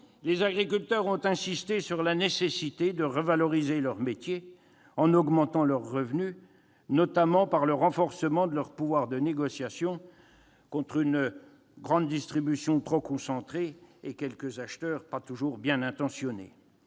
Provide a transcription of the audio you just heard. les agriculteurs ont insisté sur la nécessité de revaloriser leur métier en augmentant leurs revenus, notamment par le renforcement de leur pouvoir de négociation contre une grande distribution trop concentrée et quelques acheteurs pas toujours bien intentionnés.